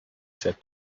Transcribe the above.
said